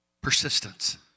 Persistence